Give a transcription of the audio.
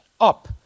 Up